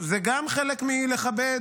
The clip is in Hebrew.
זה גם חלק מלכבד,